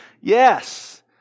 Yes